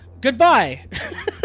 goodbye